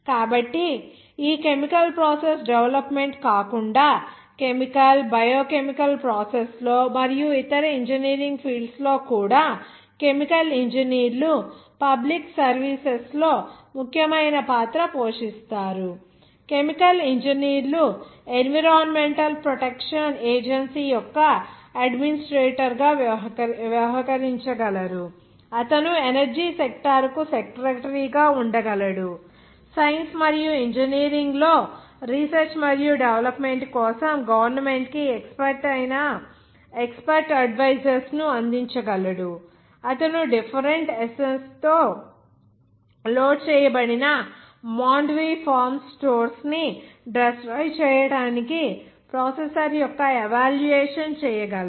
కాబట్టి ఈ chemical process development కాకుండా కెమికల్ బయో కెమికల్ ప్రాసెస్ లో మరియు ఇతర ఇంజనీరింగ్ ఫీల్డ్స్ లో కూడా కెమికల్ ఇంజనీర్లు పబ్లిక్ సర్వీసెస్ లో ముఖ్యమైన పాత్ర పోషిస్తారు కెమికల్ ఇంజనీర్లు ఎన్విరాన్మెంటల్ ప్రొటెక్షన్ ఏజెన్సీ యొక్క అడ్మినిస్ట్రేటర్ గా వ్యవహరించగలరు అతను ఎనర్జీ సెక్టార్ కు సెక్రటరీ గా ఉండగలడు సైన్స్ మరియు ఇంజనీరింగ్లో రీసెర్చ్ మరియు డెవలప్మెంట్ కోసం గవర్నమెంట్ కి ఎక్స్పర్ట్ అడ్వయిసెస్ ను అందించగలడు అతను డిఫరెంట్ ఎసెన్స్ తో లోడ్ చేయబడిన మాండ్వి ఫార్మ్స్ స్టోర్స్ ని డెస్ట్రాయ్ చేయడానికి ప్రాసెసర్ యొక్క ఎవాల్యుయేషన్ చేయగలడు